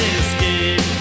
escape